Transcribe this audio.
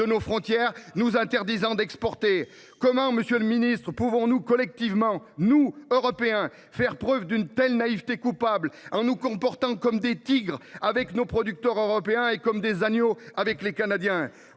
de nos frontières, nous interdisant d’exporter. Comment pouvons nous collectivement, nous les Européens, faire preuve d’une telle naïveté coupable en nous comportant comme des tigres avec nos producteurs européens et comme des agneaux avec les Canadiens ?